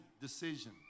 decision